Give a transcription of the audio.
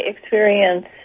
experience